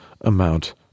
amount